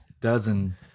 dozen